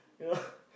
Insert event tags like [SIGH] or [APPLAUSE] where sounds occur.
you know [BREATH]